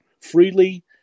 freely